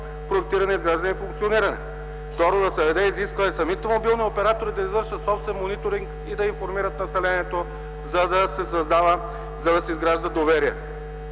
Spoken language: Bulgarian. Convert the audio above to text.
проектиране, изграждане и функциониране. 2. Да се даде изискване самите мобилни оператори да извършват собствен мониторинг и да информират населението, за да се изгражда доверие.